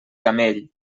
camell